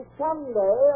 someday